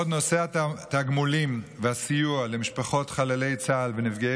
בעוד נושא התגמולים והסיוע למשפחות חללי צה"ל ונפגעי